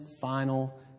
final